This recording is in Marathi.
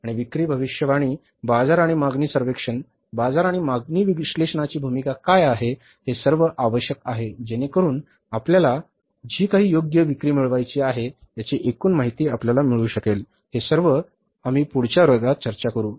आणि विक्री भविष्यवाणी बाजार आणि मागणी सर्वेक्षण बाजार आणि मागणी विश्लेषणाची भूमिका काय आहे हे सर्व आवश्यक आहे जेणेकरून आपल्याला जी काही योग्य विक्री मिळवायची आहे याची एकूण माहिती आपल्याला मिळू शकेल हे सर्व आम्ही पुढच्या वर्गात चर्चा करू